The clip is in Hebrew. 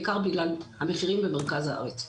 בעיקר המחירים במרכז הארץ.